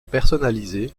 personnalisé